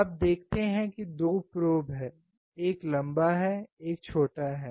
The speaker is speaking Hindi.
आप देखते हैं कि 2 प्रोब हैं एक लंबा है एक छोटा है